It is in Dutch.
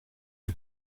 het